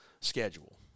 schedule